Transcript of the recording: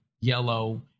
yellow